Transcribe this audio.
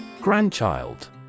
Grandchild